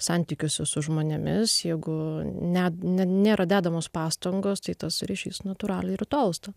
santykiuose su žmonėmis jeigu net ne nėra dedamos pastangos tai tas ryšys natūraliai ir tolsta